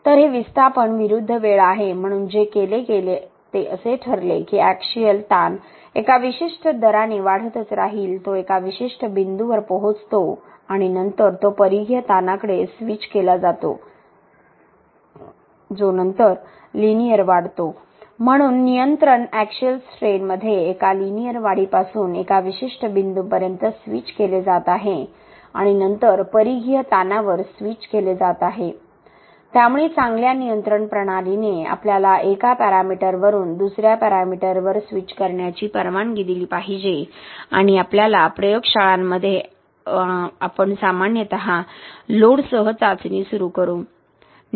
तर हे विस्थापन विरुद्ध वेळ आहे म्हणून जे केले गेले ते असे ठरले की एक्सियल ताण एका विशिष्ट दराने वाढतच राहील तो एका विशिष्ट बिंदूवर पोहोचतो आणि नंतर तो परिघीय ताणाकडे स्विच केला जातो जो नंतर लिनियर वाढतो म्हणून नियंत्रण एक्सिल स्ट्रेन मध्ये एका लिनियर वाढीपासून एका विशिष्ट बिंदूपर्यंत स्विच केले जात आहे आणि नंतर परिघीय ताणावर स्विच केले जात आहे त्यामुळे चांगल्या नियंत्रण प्रणालीने आपल्याला एका पॅरामीटरवरून दुसर्या पॅरामीटरवर स्विच करण्याची परवानगी दिली पाहिजे आणि आपल्या प्रयोगशाळांमध्ये आपण सामान्यत लोडसह चाचणी सुरू करू